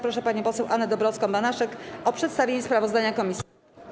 Proszę panią poseł Annę Dąbrowską-Banaszek o przedstawienie sprawozdania komisji.